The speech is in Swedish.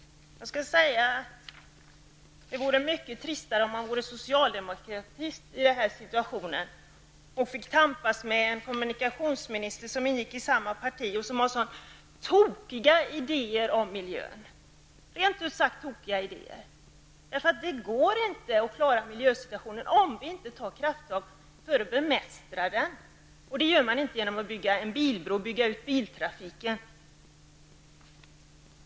Jag skulle vilja säga att det vore mycket tristare om man i den här situationen vore socialdemokrat och fick tampas med en kommunikationsminister som ingick i samma parti och som har sådana rent ut sagt tokiga idéer om miljön. Det går inte att klara miljösituationen om vi inte tar krafttag för att bemästra den. Det gör man inte genom att bygga en bilbro och genom att bygga ut biltrafiken.